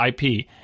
IP